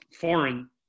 foreign